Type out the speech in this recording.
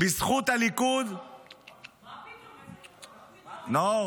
בזכות הליכוד --- מה פתאום ------ נאור.